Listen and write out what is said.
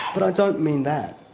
but i don't mean that.